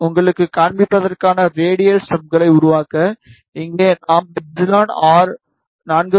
உங்களுக்குக் காண்பிப்பதற்காக ரேடியல் ஸ்டப்களை உருவாக்க இங்கே நாம் ɛr 4